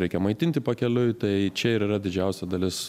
reikia maitinti pakeliui tai čia ir yra didžiausia dalis